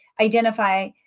identify